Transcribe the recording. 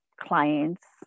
clients